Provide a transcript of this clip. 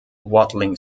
watling